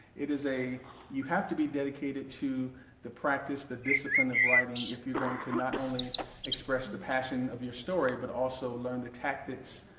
it is a you have to be dedicated to the practice, the discipline of writing if you're going to not only express the passion of your story but also learn the tactics,